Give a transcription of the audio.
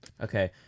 Okay